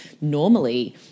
normally